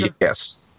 Yes